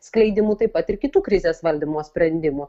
skleidimu taip pat ir kitų krizės valdymo sprendimų